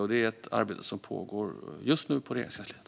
Det här är ett arbete som pågår just nu på Regeringskansliet.